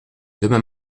demain